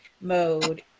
mode